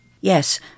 Yes